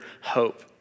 hope